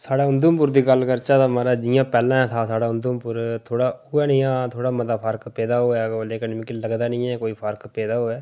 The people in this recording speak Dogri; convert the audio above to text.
साढ़ा उधमपुर दी गल्ल करचै महाराज जियां पैह्ले हा साढ़ा उधमपुर थोह्ड़ा उयै नेहा ऐ थोह्ड़ा मता फर्क पेदा होआ पर मिगी लगदा नेईं ऐ जे कोई फर्क पेदा होवै